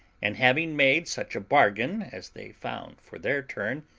and having made such a bargain as they found for their turn,